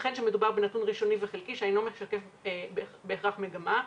ייתכן שמדובר בנתון ראשוני וחלקי שאינו משקף בהכרח מגמה.